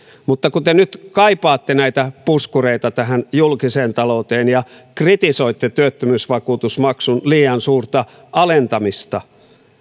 mutta kun te nyt kaipaatte näitä puskureita julkiseen talouteen ja kritisoitte työttömyysvakuutusmaksun liian suurta alentamista